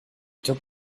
took